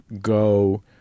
go –